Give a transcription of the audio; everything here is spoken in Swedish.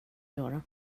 göra